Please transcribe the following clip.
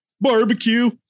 Barbecue